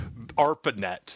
ARPANET